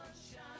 sunshine